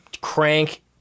crank